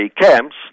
camps